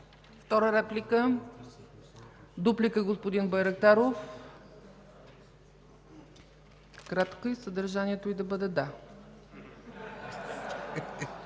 Втора реплика? Дуплика – господин Байрактаров. Кратка и съдържанието й да бъде – да.